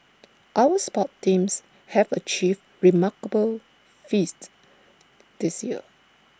our sports teams have achieved remarkable feats this year